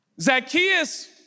Zacchaeus